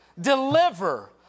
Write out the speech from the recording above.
deliver